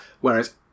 whereas